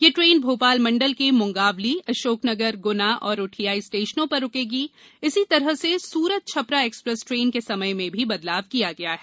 यह ट्रेन भोपाल मंडल के मुंगावली अशोकनगर गुना और रुठियाई स्टेशनों पर रुकेगी इसी प्रकार से सुरत छपरा एक्सप्रेस ट्रेन के समय में भी बदलाव किया गया है